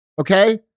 okay